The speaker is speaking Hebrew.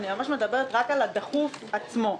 מדברת רק על הדחוף עצמו.